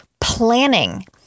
planning